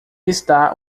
está